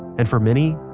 and for many,